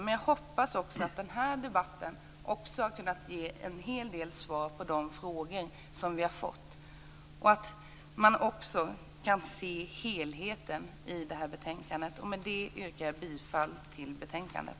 Men jag hoppas också att den här debatten har kunnat ge en hel del svar på de frågor som vi har fått. Jag hoppas också att man kan se helheten i det här betänkandet. Med det yrkar jag bifall till hemställan i betänkandet.